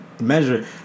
measure